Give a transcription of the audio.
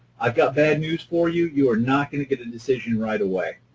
i've got bad news for you, you are not going to get a decision right away.